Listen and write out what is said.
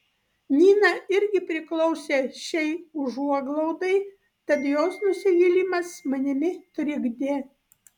nina irgi priklausė šiai užuoglaudai tad jos nusivylimas manimi trikdė